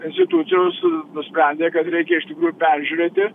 institucijos nusprendė kad reikia iš tikrųjų peržiūrėti